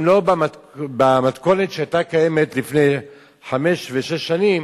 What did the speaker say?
אם לא במתכונת שהיתה קיימת לפני חמש ושש שנים,